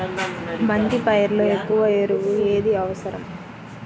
బంతి పైరులో ఎక్కువ ఎరువు ఏది అవసరం?